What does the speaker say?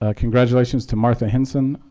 ah congratulations to martha hinson,